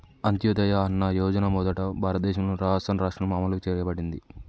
అంత్యోదయ అన్న యోజన మొదట భారతదేశంలోని రాజస్థాన్ రాష్ట్రంలో అమలు చేయబడింది